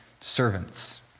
servants